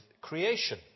creation